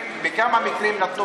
בכמה מקרים נתנו,